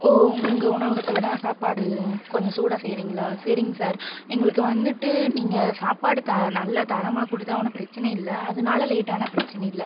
ஓ உங்கள் உணவகத்தில் தான் சாப்பாடு கொஞ்சம் சூடாக செய்கிறீங்களா சரிங்க சார் எங்களுக்கு வந்துட்டு நீங்கள் சாப்பாடு த நல்ல தரமாக கொடுத்தா ஒன்றும் பிரச்சினை இல்லை அதனால லேட்டானா பிரச்சினை இல்லை